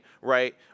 right